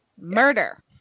murder